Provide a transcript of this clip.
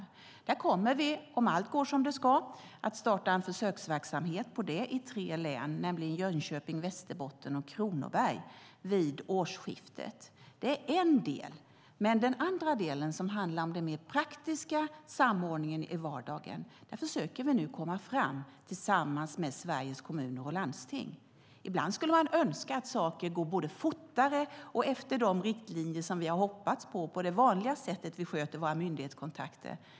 Vi kommer, om allt går som det ska, att starta en försöksverksamhet i tre län, i Jönköping, Västerbotten och Kronoberg, vid årsskiftet. Det är en del. Den andra delen handlar om den mer praktiska samordningen i vardagen. Där försöker vi nu komma fram tillsammans Sveriges Kommuner och Landsting. Ibland skulle man önska att saker skulle gå både fortare och efter de riktlinjer som vi har hoppats på enligt det vanliga sättet som vi sköter våra myndighetskontakter.